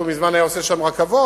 אחרת הוא מזמן היה עושה שם רכבות